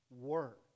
work